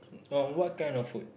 oh what kind of food